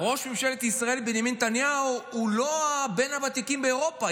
ראש ממשלת ישראל בנימין נתניהו הוא לא בין הוותיקים באירופה,